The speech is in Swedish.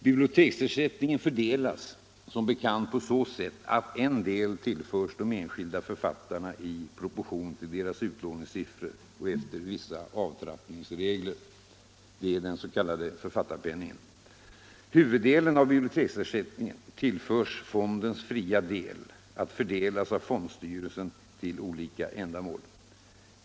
Biblioteksersättningen fördelas som bekant på så sätt att en del tillförs de enskilda författarna i proportion till deras utlåningssiffror och efter vissa avtrappningsregler. Det är den s.k. författarpenningen. Huvuddelen av biblioteksersättningen tillförs fondens fria del att fördelas av fondstyrelsen till olika ändamål.